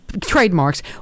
trademarks